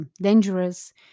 dangerous